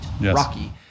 Rocky